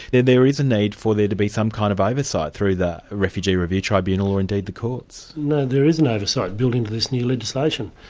there there is a need for there to be some kind of oversight through the refugee review tribunal, or indeed the courts. no, there is an oversight built into this new legislation,